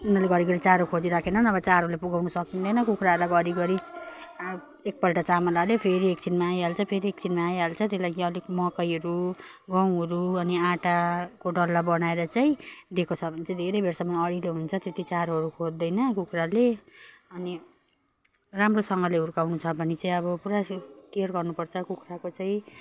उनीहरूले घरिघरि चारो खोजी राखेन नभए चारोले पुगाउनु सकिँदैन कुखुरालाई घरिघरि आ एकपल्ट चामल हाल्यो फेरि एकछिनमा आइहाल्छ फेरि एकछिनमा आइहाल्छ त्यसै लागि अलिक मकैहरू गहुँहरू अनि आटाको डल्ला बनाएर चाहिँ दिएको छ भने चाहिँ धेरै बेरसम्म अडिलो हुन्छ त्यति चारोहरू खोज्दैन कुखुराले अनि राम्रोसँगले हुर्काउनु छ भने चाहिँ अब पुरा केयर गर्नुपर्छ कुखुराको चाहिँ